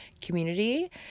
community